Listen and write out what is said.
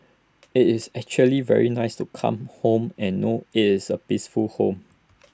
IT is actually very nice to come home and know IT is A peaceful home